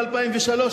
ב-2003,